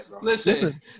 Listen